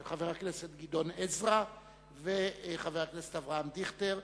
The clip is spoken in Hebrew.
של חבר הכנסת גדעון עזרא וחבר הכנסת אברהם דיכטר.